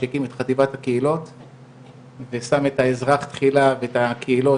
שהקים את חטיבת הקהילות ושם את האזרח תחילה ואת הקהילות